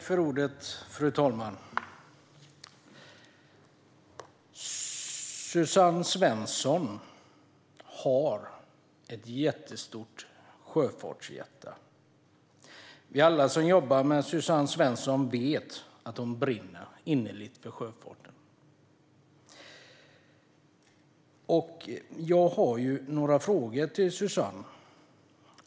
Fru talman! Suzanne Svensson har ett jättestort sjöfartshjärta. Alla vi som jobbar med Suzanne Svensson vet att hon brinner innerligt för sjöfarten. Jag har några frågor till Suzanne.